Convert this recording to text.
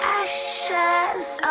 ashes